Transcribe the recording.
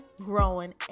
growing